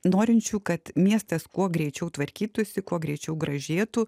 norinčių kad miestas kuo greičiau tvarkytųsi kuo greičiau gražėtų